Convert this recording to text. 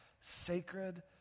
sacred